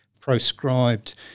proscribed